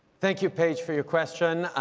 thank you, paige, for your question.